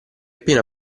appena